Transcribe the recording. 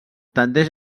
tendeix